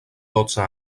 dotze